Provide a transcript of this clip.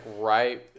right